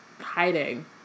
hiding